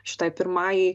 šitai pirmajai